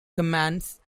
commands